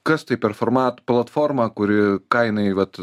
kas tai per format platforma kuri ką jinai vat